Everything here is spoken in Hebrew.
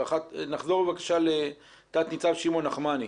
נחזור, בבקשה, לתת ניצב שמעון נחמני.